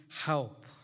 help